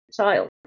child